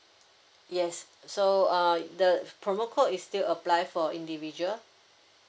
yes so uh the promo code is still apply for individual